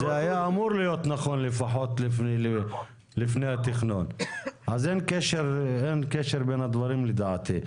זה היה אמור לפחות להיות נכון לפני התכנון אז אין קשר בין הדברים לדעתי.